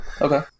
Okay